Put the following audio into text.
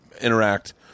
interact